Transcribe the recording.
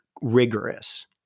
rigorous